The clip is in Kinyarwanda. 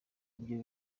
ibyo